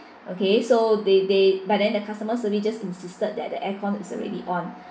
okay so they they but then the customer service just insisted that the aircon is already on